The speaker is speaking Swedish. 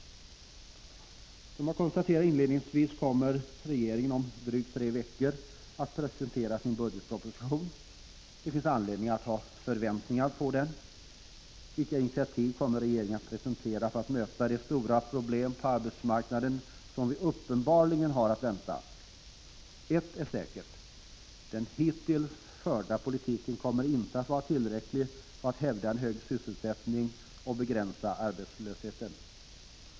Som jag konstaterade inledningsvis kommer regeringen om drygt tre veckor att presentera sin budgetproposition. Det finns anledning att ha "förväntningar på den. Vilka initiativ kommer regeringen att presentera för att möta de stora problem på arbetsmarknaden som vi uppenbarligen har att vänta? Ett är säkert: den hittills förda politiken kommer inte att vara tillräcklig för att hävda en hög sysselsättning och begränsa arbetslösheten.